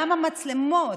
גם המצלמות,